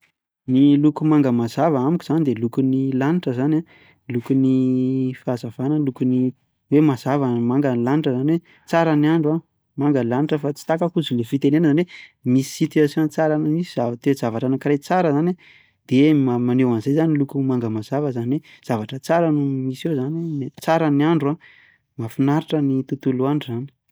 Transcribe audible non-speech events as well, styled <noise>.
<noise> Ny loko manga mazava amiko zany de lokon'ny lanitra zany a, lokon'ny fahazavana, lokon'ny <noise> hoe mazava manga ny lanitra zany hoe tsara ny andro a, manga ny lanitra <noise> fa tsy takako hozy le fitenenana zany hoe misy situation tsara na misy toe-javatra anankiray tsara zany de ma- maneho an'zany ny loko manga mazava zany hoe zavatra tsara no misy eo zany hoe tsara ny andro a, mahafinaritra ny tontolo andro zany.